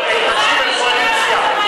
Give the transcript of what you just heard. המקום, קואליציה.